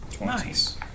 nice